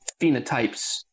phenotypes